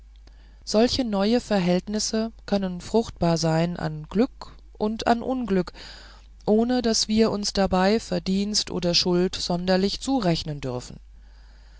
solche neue verhältnisse können fruchtbar sein an glück und an unglück ohne daß wir uns dabei verdienst oder schuld sonderlich zurechnen dürfen